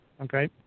Okay